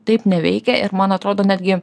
taip neveikia ir man atrodo netgi